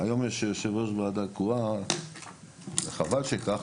היום יש יושב ראש ועדה קרואה וחבל שכך,